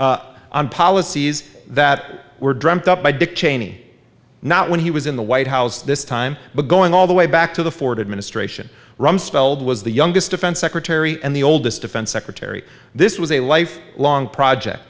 on policies that were dreamt up by dick cheney not when he was in the white house this time but going all the way back to the ford administration rumsfeld was the youngest defense secretary and the oldest defense secretary this was a life long project